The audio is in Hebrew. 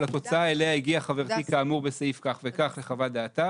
לתוצאה אליה הגיעה חברתי כאמור בסעיף כך וכך לחוות דעתה.